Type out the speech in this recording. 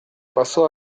pasó